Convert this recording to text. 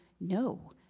no